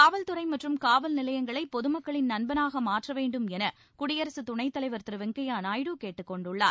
காவல்துறை மற்றும் காவல் நிலையங்களை பொது மக்களின் நண்பனாக மாற்ற வேண்டும் என குடியரசு துணைத் தலைவர் திரு வெங்கய்ய நாயுடு கேட்டுக் கொண்டுள்ளார்